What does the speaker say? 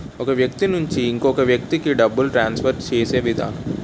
ఒక వ్యక్తి నుంచి ఇంకొక వ్యక్తికి డబ్బులు ట్రాన్స్ఫర్ చేసే విధానం